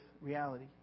reality